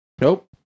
Nope